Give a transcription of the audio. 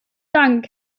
dank